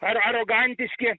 ar arogantiški